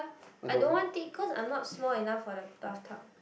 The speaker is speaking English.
I don't want take cause I'm not small enough for the bathtub